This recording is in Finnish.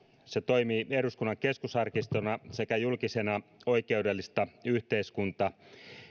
se toimii eduskunnan keskusarkistona sekä julkisena oikeudellista yhteiskunta